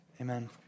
Amen